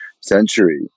century